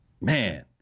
Man